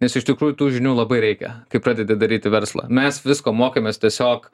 nes iš tikrųjų tų žinių labai reikia kai pradedi daryti verslą mes visko mokėmės tiesiog